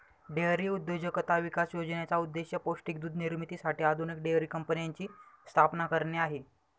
dairy उद्योजकता विकास योजनेचा उद्देश पौष्टिक दूध निर्मितीसाठी आधुनिक डेअरी कंपन्यांची स्थापना करणे आहे